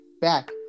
back